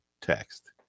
text